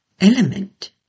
element